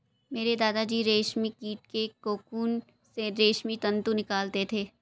मेरे दादा जी रेशमी कीट के कोकून से रेशमी तंतु निकालते थे